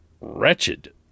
wretched